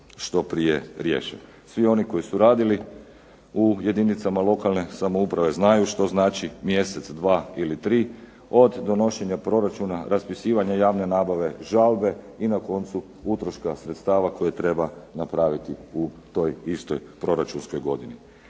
Svi oni koji su radili u jedinicama lokalne samouprave znaju što znači mjesec, dva ili tri od donošenja proračuna, raspisivanja javne nabave, žalbe i na koncu utroška sredstava koje treba napraviti u toj istoj proračunskoj godini.